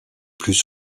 plus